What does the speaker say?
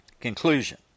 Conclusion